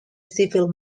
civil